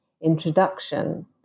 introduction